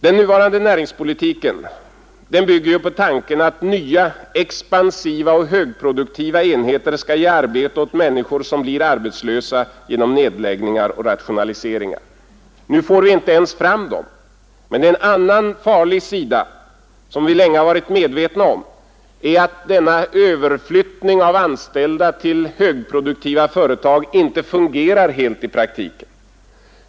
Den nuvarande näringspolitiken bygger på tanken att nya expansiva och högproduktiva enheter skall ge arbete åt människor som blir arbetslösa genom nedläggningar och rationaliseringar. Nu får vi inte ens fram dessa enheter. Men det är en annan farlig sida som vi länge har varit medvetna om; denna överflyttning av anställda till högproduktiva företag fungerar inte helt i praktiken.